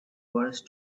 worse